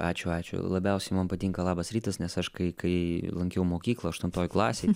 ačiū ačiū labiausiai man patinka labas rytas nes aš kai kai lankiau mokyklą aštuntoj klasėj